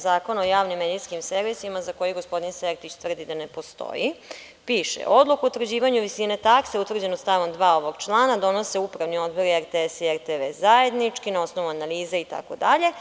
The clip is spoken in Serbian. Zakona o javnim medijskim servisima, za koji gospodin Sertić tvrdi da ne postoji, piše - Odluka o utvrđivanju visine takse, utvrđena stavom 2. ovog člana, donose upravni odbori RTS i RTV zajednički, na osnovu analize… itd.